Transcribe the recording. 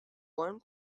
one